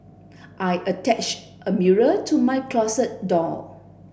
I attached a mirror to my closet door